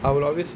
I will always